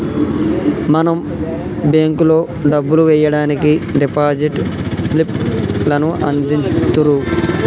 మనం బేంకులో డబ్బులు ఎయ్యడానికి డిపాజిట్ స్లిప్ లను అందిత్తుర్రు